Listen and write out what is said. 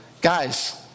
guys